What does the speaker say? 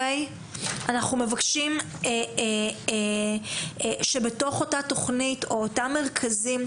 אנחנו מבקשים שבתוך אותה תכנית או אותם מרכזים,